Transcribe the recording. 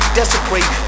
desecrate